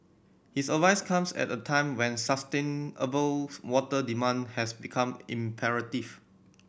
his advice comes at a time when sustainable water demand has become imperative